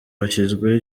hashyizweho